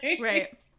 Right